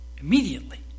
Immediately